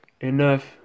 enough